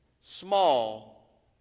small